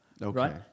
Right